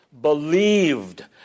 believed